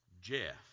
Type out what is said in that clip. Jeff